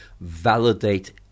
validate